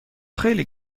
خیلی